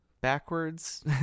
backwards